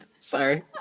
Sorry